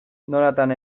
nolatan